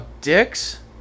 dicks